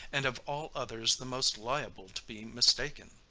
and of all others the most liable to be mistaken.